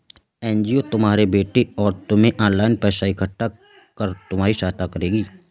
NGO तुम्हारे बेटे और तुम्हें ऑनलाइन पैसा इकट्ठा कर तुम्हारी सहायता करेगी